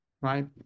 Right